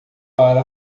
para